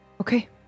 Okay